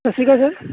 ਸਤਿ ਸ਼੍ਰੀ ਅਕਾਲ ਸਰ